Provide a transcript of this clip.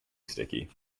sticky